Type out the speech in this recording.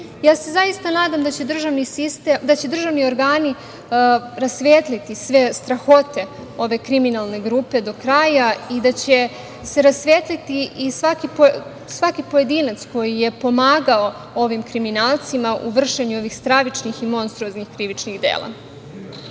na njega. Zaista se nadam da će državni organi rasvetliti sve strahote ove kriminalne grupe do kraja i da će se rasvetliti i svaki pojedinac koji je pomagao ovim kriminalcima u vršenju ovih stravičnih i monstruoznih krivičnih dela. Dok